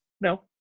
No